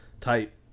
type